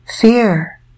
fear